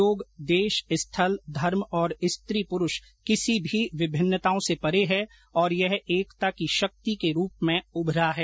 योग देश स्थल धर्म और स्त्री प्रूष किसी भी विभिन्नताओं से परे है और यह एकता की शक्ति के रूप में उभरा है